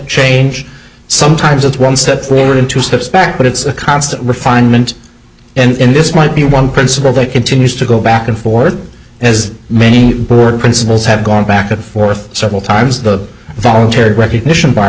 change sometimes it's one step forward in two steps back but it's a constant refinement and this might be one principle that continues to go back and forth as many board principles have gone back and forth several times the voluntary recognition bar